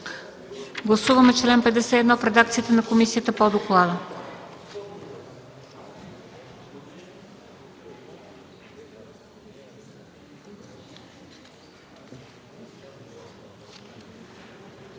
Гласуваме чл. 51 в редакцията на комисията по доклада.